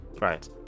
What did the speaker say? right